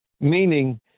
Meaning